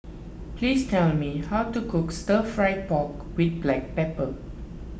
please tell me how to cook Stir Fry Pork with Black Pepper